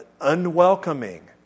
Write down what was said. unwelcoming